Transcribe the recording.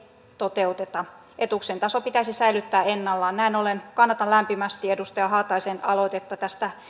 toteuteta etuuksien taso pitäisi säilyttää ennallaan näin ollen kannatan lämpimästi edustaja haataisen aloitetta tästä